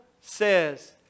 says